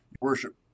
worship